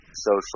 social